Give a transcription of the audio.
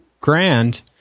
grand